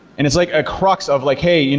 and it's like a crux of like hey, you know